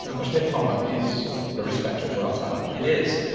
of course head trauma is a risk factor for alzheimer's. it is.